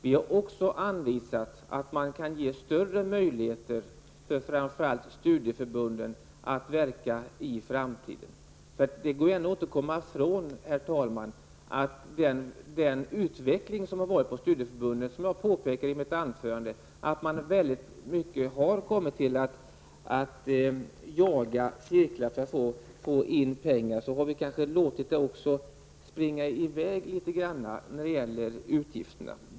Vi har också anvisat hur man kan ge större möjligheter för framför allt studieförbunden att verka i framtiden. Det går inte att komma ifrån det som jag påpekade i mitt huvudanförande, att studieförbunden har kommit till att jaga cirklar för att få in pengar. Kanske har de också låtit utgifterna springa i väg litet grand.